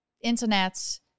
internet